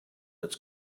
its